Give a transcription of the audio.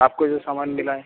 आपको जो सामान मिला है